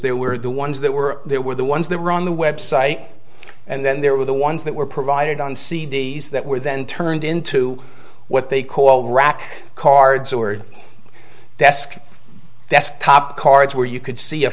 there were the ones that were there were the ones that were on the website and then there were the ones that were provided on c d s that were then turned into what they call rack cards or desk desk top cards where you could see a